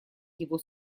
его